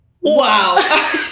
Wow